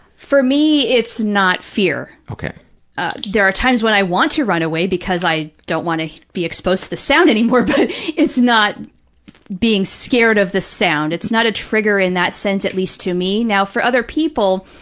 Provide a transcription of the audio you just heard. for me, it's not fear. ah there are times when i want to run away because i don't want to be exposed to the sound anymore, but it's not being scared of the sound. it's not a trigger in that sense, at least to me. now, for other people,